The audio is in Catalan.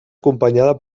acompanyada